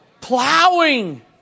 Plowing